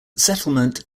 settlement